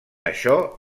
això